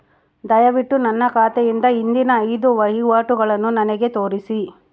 ದಯವಿಟ್ಟು ನನ್ನ ಖಾತೆಯಿಂದ ಹಿಂದಿನ ಐದು ವಹಿವಾಟುಗಳನ್ನು ನನಗೆ ತೋರಿಸಿ